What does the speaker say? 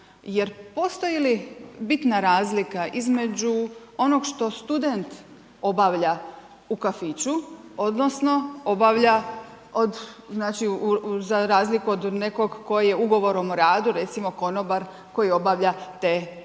Jer postoji li bitna razlika između onog što student obavlja u kafiću, odnosno obavlja od, znači za razliku od nekog koji je ugovorom o radu recimo konobar koji obavlja te poslove.